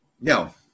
No